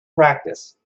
practice